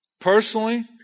personally